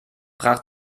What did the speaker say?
brach